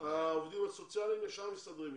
העובדים הסוציאליים, ישר מסתדרים אתם.